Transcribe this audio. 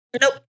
Nope